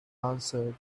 answered